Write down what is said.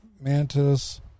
Mantis